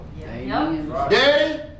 Daddy